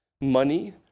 money